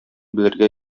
белергә